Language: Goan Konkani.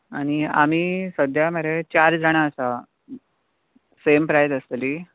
आनी आमी सद्द्या मरे चार जाणा आसात सेम प्रायस आसतली